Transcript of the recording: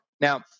Now